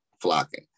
flocking